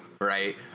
right